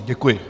Děkuji.